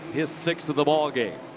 his sixth of the ball game.